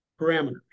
parameters